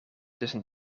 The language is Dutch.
tussen